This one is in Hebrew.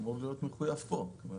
אמור להיות מחויב גם פה.